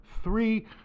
Three